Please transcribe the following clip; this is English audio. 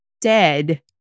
dead